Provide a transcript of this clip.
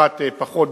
אחת פחות.